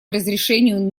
разрешению